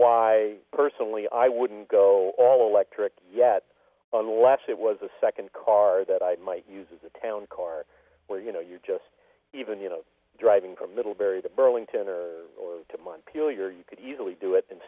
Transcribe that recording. why personally i wouldn't go all electric yet unless it was a second car that i might use as a town car or you know you just even you know driving from middlebury to burlington or or to montpelier you could easily do it and